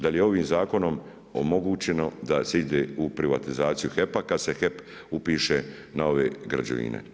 Da li je ovim zakonom omogućeno da se ide u privatizaciju HEP-a kad se HEP upiše na ove građevine.